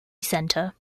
centre